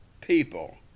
people